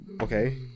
okay